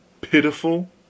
pitiful